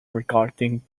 regarding